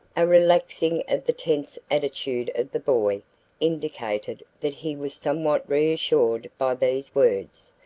a relaxing of the tense attitude of the boy indicated that he was somewhat reassured by these words.